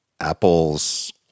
apple's